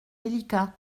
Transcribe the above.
délicat